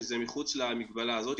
שזה מחוץ למגבלה הזאת,